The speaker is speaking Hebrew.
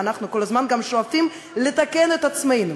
ואנחנו כל הזמן גם שואפים לתקן את עצמנו.